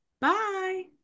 Bye